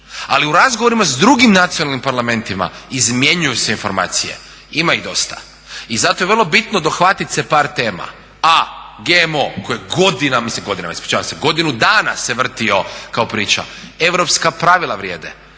ali u razgovorima sa drugim nacionalnim parlamentima izmjenjuju se informacije, ima ih dosta. I zato je vrlo bitno dohvatiti se par tema, A) GMO, koji godinama, mislim godinama, ispričavam se, godinu dana se vrtio kao priča. Europska pravila vrijede.